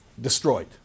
destroyed